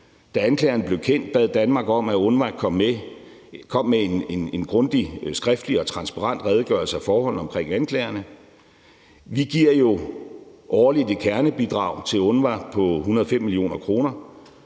Da anklagerne blev kendt, bad Danmark om, at UNRWA kom med en grundig, skriftlig og transparent redegørelse af forholdene omkring anklagerne. Vi giver jo årligt et kernebidrag til UNRWA på 105 mio. kr.,